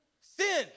Sin